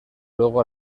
luego